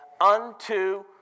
unto